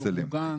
דיור מוגן.